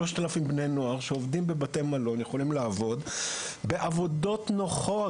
3,000 בני נוער יכולים לעבוד בבתי מלון בעבודות נוחות.